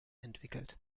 entwickelt